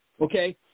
okay